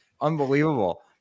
unbelievable